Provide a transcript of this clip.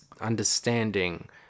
understanding